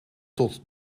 tot